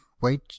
wait